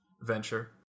venture